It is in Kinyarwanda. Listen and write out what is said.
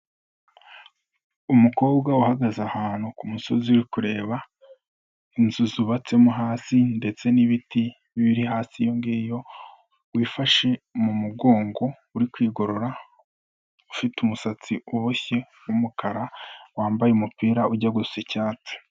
Umukobwa uhagaze ahantu ku musozi kureba inzu zubatse mo hasi ndetse n'ibiti biri hasi iyo ngiyo, wifashe mu mugongo uri kwigorora, ufite umusatsi uboshye w'umukara wambaye umupira ujya gusa icyatsi.